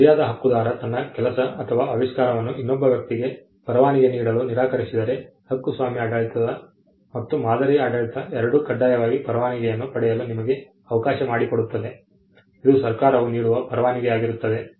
ಸರಿಯಾದ ಹಕ್ಕುದಾರ ತನ್ನ ಕೆಲಸ ಅಥವಾ ಆವಿಷ್ಕಾರವನ್ನು ಇನ್ನೊಬ್ಬ ವ್ಯಕ್ತಿಗೆ ಪರವಾನಗಿ ನೀಡಲು ನಿರಾಕರಿಸಿದರೆ ಹಕ್ಕುಸ್ವಾಮ್ಯ ಆಡಳಿತ ಮತ್ತು ಮಾದರಿ ಆಡಳಿತ ಎರಡೂ ಕಡ್ಡಾಯ ಪರವಾನಗಿಯನ್ನು ಪಡೆಯಲು ನಿಮಗೆ ಅವಕಾಶ ಮಾಡಿಕೊಡುತ್ತದೆ ಇದು ಸರ್ಕಾರವು ನೀಡುವ ಪರವಾನಗಿ ಆಗಿರುತ್ತದೆ